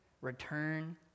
return